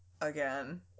Again